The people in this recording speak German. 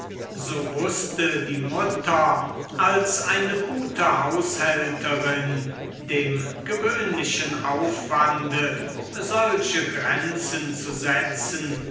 so wußte die mutter als eine gute haushälterin dem gewöhnlichen aufwande solche grenzen zu setzen